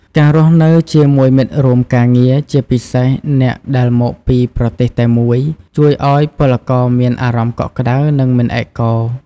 ការរស់នៅជាមួយមិត្តរួមការងារ ជាពិសេសអ្នកដែលមកពីប្រទេសតែមួយ ជួយឱ្យពលករមានអារម្មណ៍កក់ក្ដៅ និងមិនឯកោ ។